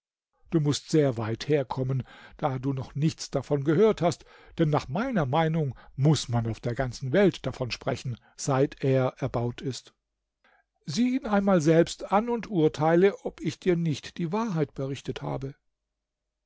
du mußt sehr weit herkommen da du noch nichts davon gehört hast denn nach meiner meinung muß man auf der ganzen welt davon sprechen seit er erbaut ist sieh ihn einmal selbst an und urteile ob ich dir nicht die wahrheit berichtet habe